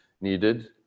needed